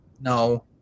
No